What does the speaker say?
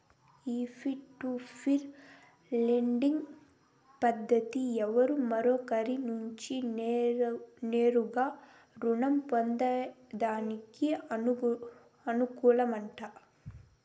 ఈ peer to peer lending పద్దతి ఒకరు మరొకరి నుంచి నేరుగా రుణం పొందేదానికి అనుకూలమట